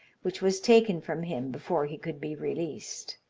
which was taken from him before he could be released.